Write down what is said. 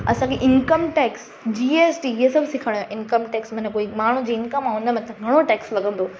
असांखे income tax G S T इहे सभु सिखणो इंकम टैक्स माना कोई माण्हू जी इंकम आहे उन जे मथां घणो टैक्स लॻंदो